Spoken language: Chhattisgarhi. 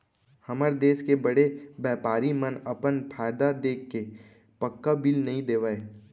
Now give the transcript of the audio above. हमर देस के बड़े बैपारी मन अपन फायदा देखके पक्का बिल नइ देवय